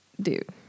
dude